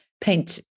paint